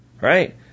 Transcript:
right